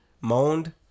moaned